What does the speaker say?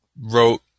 wrote